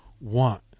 want